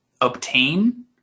obtain